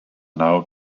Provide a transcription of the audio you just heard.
now